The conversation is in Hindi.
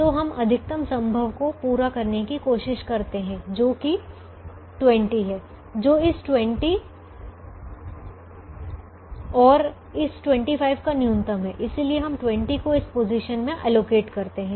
तो हम अधिकतम संभव को पूरा करने की कोशिश करते हैं जो की 20 जो इस 20 और इस 25 का न्यूनतम है इसलिए हम 20 को इस पोजीशन में आवंटित करते हैं